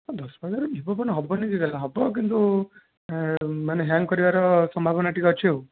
ଦଶ ପନ୍ଦର ହଜାର ରେ କ'ଣ ଭିବୋ ଫୋନ ହେବନି କି ହେବ ମାନେ ହ୍ୟାଙ୍ଗ କରିବାର ସମ୍ଭାବନା ଟିକେ ଅଛି